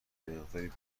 مقداری